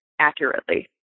accurately